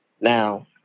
Now